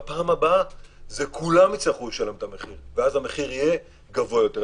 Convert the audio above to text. בפעם הבאה כולם יצטרכו לשלם את המחיר ואז המחיר יהיה גבוה יותר.